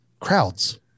Crowds